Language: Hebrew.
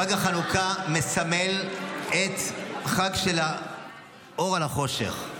חג החנוכה מסמל את החג, האור על החושך.